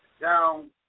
down